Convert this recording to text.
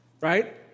right